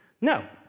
No